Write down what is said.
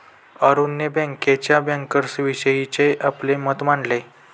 अरुणने बँकेच्या बँकर्सविषयीचे आपले मत मांडले